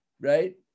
right